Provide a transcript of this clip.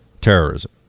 terrorism